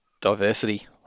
diversity